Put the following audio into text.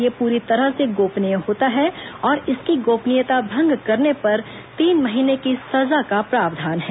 यह प्री तरह से गोपनीय होता है और इसकी गोपनीयता भंग करने पर तीन महीने की सजा का प्रावधान है